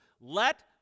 Let